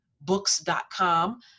books.com